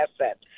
asset